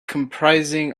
comprising